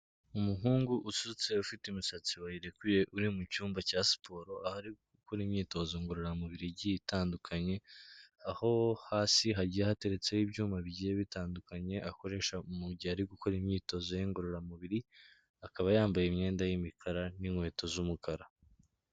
Umuhungu usutse ufite imisatsi wayirekuye uri mu cyumba cya siporo, aho ari gukora imyitozo ngororamubiri igiye itandukanye, aho hasi hagiye hateretseho ibyuma bigiye bitandukanye akoresha mu gihe ari gukora imyitozo ngororamubiri, akaba yambaye imyenda y'imikara n'inkweto z'umukara.